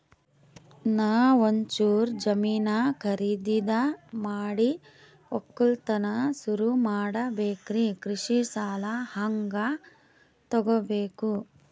ನಾ ಒಂಚೂರು ಜಮೀನ ಖರೀದಿದ ಮಾಡಿ ಒಕ್ಕಲತನ ಸುರು ಮಾಡ ಬೇಕ್ರಿ, ಕೃಷಿ ಸಾಲ ಹಂಗ ತೊಗೊಬೇಕು?